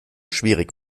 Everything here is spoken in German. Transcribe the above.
schwierig